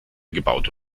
gebaute